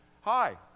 Hi